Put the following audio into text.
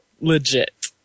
legit